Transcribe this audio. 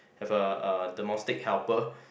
have a uh domestic helper